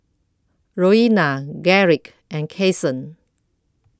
Roena Garrick and Kasen